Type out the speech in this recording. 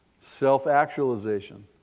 self-actualization